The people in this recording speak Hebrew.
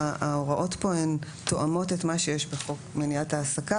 ההוראות פה תואמות את מה שיש בחוק מניעת העסקה,